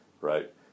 right